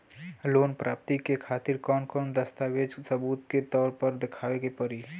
Loan प्राप्ति के खातिर कौन कौन दस्तावेज सबूत के तौर पर देखावे परी?